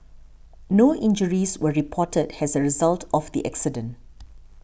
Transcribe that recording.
no injuries were reported as a result of the accident